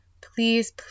please